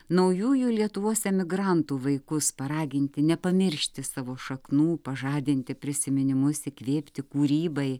naujųjų lietuvos emigrantų vaikus paraginti nepamiršti savo šaknų pažadinti prisiminimus įkvėpti kūrybai